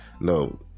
No